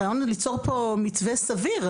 הרעיון פה הוא ליצור מתווה סביר,